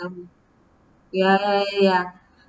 ya ya ya ya